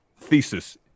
Thesis